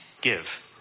give